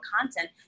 content